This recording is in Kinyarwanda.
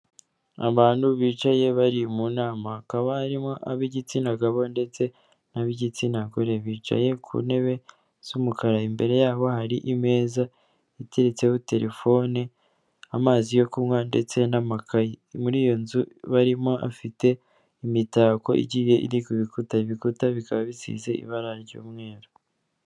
Abantu bicaye bari mu nama hakaba harimo ab'igitsina gabo ndetse n'ab'igitsinagore, bicaye ku ntebe z'umukara imbere yabo harimeza yateretseho telefone, amazi yo kunywa ndetse n'amakayi, muri iyo nzu barimo afite imitako igiye iri kubikuta, ibikuta bikaba bisize ibara ry'umweru.